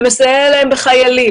מסייע להן בחיילים